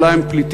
ואולי הם פליטים,